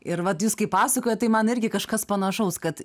ir vat jūs kai pasakojat tai man irgi kažkas panašaus kad